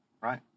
right